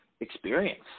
experience